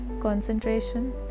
Concentration